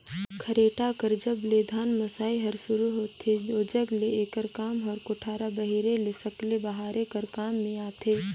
खरेटा कर जब ले धान मसई हर सुरू होथे ओजग ले एकर काम हर कोठार बाहिरे ले सकेले बहारे कर काम मे आथे